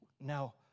Now